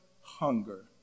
hunger